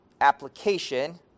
application